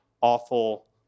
awful